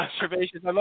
observations